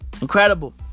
Incredible